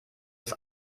aus